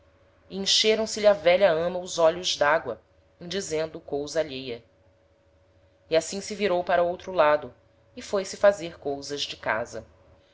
encheram se lhe á velha ama os olhos d'ágoa em dizendo cousa alheia e assim se virou para outro lado e foi-se fazer cousas de casa